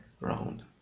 round